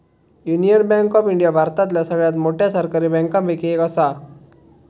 union Bank of India भारतातल्या सगळ्यात मोठ्या सरकारी बँकांपैकी एक असा